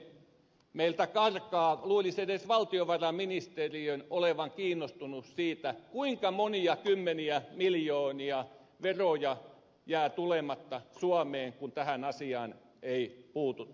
meiltä karkaa luulisi edes valtiovarainministeriön olevan kiinnostunut siitä kuinka monia kymmeniä miljoonia veroja jää tulematta suomeen kun tähän asiaan ei puututa